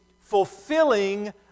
fulfilling